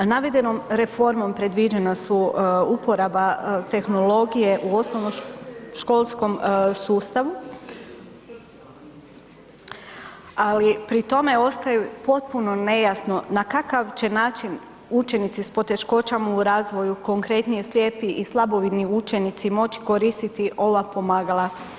Navedenom reformom predviđena su uporaba tehnologije u osnovnoškolskom sustavu, ali pri tome ostaju potpuno nejasno na kakav će način učenici s poteškoćama u razvoju, konkretnije slijepi i slabovidni učenici moći koristiti ova pomagala?